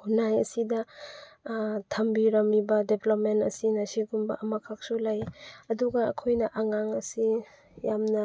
ꯈꯨꯟꯅꯥꯏ ꯑꯁꯤꯗ ꯊꯝꯕꯤꯔꯝꯂꯤꯕ ꯗꯦꯕ꯭ꯂꯞꯃꯦꯟ ꯑꯁꯤꯅ ꯁꯤꯒꯨꯝꯕ ꯑꯃꯈꯛꯁꯨ ꯂꯩ ꯑꯗꯨꯒ ꯑꯩꯈꯣꯏꯅ ꯑꯉꯥꯡ ꯑꯁꯤ ꯌꯥꯝꯅ